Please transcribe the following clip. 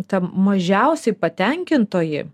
ta mažiausiai patenkintoji